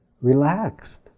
relaxed